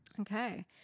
Okay